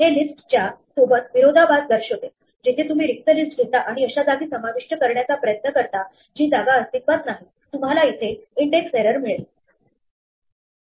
हे लिस्टच्या सोबत विरोधाभास दर्शवते जिथे तुम्ही रिक्त लिस्ट घेता आणि अशा जागी समाविष्ट करण्याचा प्रयत्न करता जी जागा अस्तित्वात नाही तुम्हाला इथे इंडेक्स एरर मिळेल